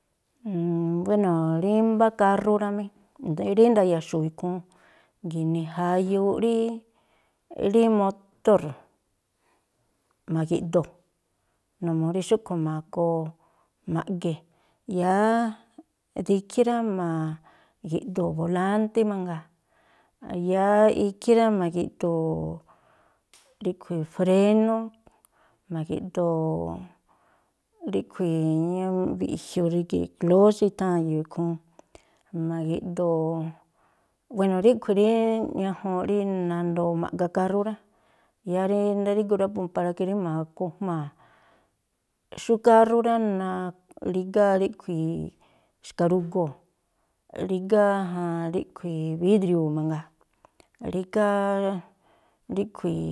buéno̱, rí mbá kárrú rá mí, rí nda̱ya̱xu̱u̱ ikhúún, gi̱nii jayuuꞌ rí rí motor ma̱gi̱ꞌdoo̱, numuu rí xúꞌkhui̱ ma̱goo ma̱ꞌge, yáá de ikhí rá ma̱gi̱ꞌdoo̱ bolántí mangaa, yáá ikhí rá, ma̱gi̱ꞌdoo̱ ríꞌkhui̱ rénú, ma̱gi̱ꞌdoo̱ ríꞌkhui̱ ñúúꞌ mbiꞌjiuu rígi̱ꞌ, klóx itháa̱n e̱yo̱o̱ ikhúún, ma̱gi̱ꞌdoo̱, wéno̱ ríꞌkhui̱ rí ñajuunꞌ rí nandoo ma̱ꞌga kárrú rá. Yáá rí ndáyíguu rá, po para ke rí ma̱kujmaa̱ xú kárrú rá, narígá ríꞌkhui̱ xkarugoo̱, rígá ríꞌkhui̱ vídriuu̱ mangaa, rígá ríꞌkhui̱